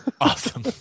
awesome